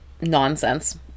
nonsense